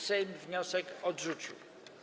Sejm wniosek odrzucił.